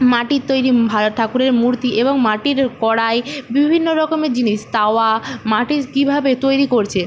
মাটির তৈরি ভালো ঠাকুরের মূর্তি এবং মাটির কড়াই বিভিন্ন রকমের জিনিস তাওয়া মাটির কীভাবে তৈরি করছে